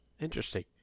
Interesting